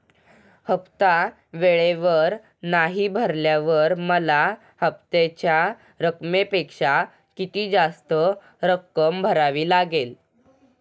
हफ्ता वेळेवर नाही भरल्यावर मला हप्त्याच्या रकमेपेक्षा किती जास्त रक्कम भरावी लागेल?